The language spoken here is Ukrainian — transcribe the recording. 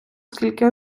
скільки